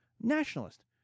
nationalist